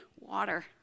water